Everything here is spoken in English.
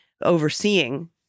overseeing